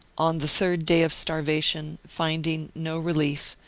on the third day of starvation, finding no relief,